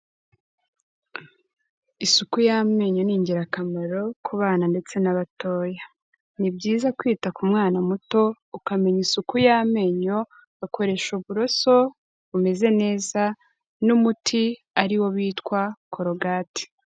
Isuku y'amenyo ni ingirakamaro ku bana ndetse n'abatoya, ni byiza kwita ku mwana muto, ukamenya isuku y'amenyo, bakoresha uburoso bumeze neza, n'umuti ariwo witwa korogati.